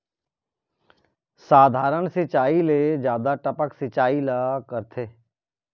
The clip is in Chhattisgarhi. साधारण सिचायी ले जादा टपक सिचायी ला करथे